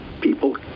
people